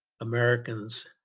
Americans